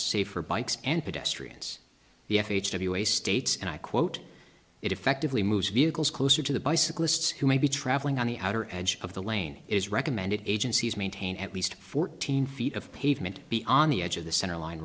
say for bikes and pedestrians the f h to be way states and i quote it effectively moves vehicles closer to the bicyclists who may be traveling on the outer edge of the lane is recommended agencies maintain at least fourteen feet of pavement be on the edge of the centerline